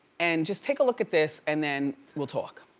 and just take a look at this and then we'll talk.